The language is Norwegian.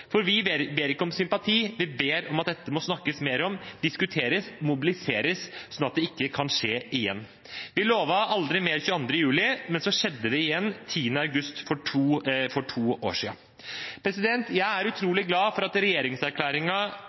Vi ber ikke om sympati; vi ber om at dette må snakkes mer om, at det må diskuteres og mobiliseres sånn at det ikke kan skje igjen. Vi lovet «aldri mer 22. juli», men så skjedde det igjen 10. august for to år siden. Jeg er utrolig glad for at